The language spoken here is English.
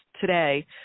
today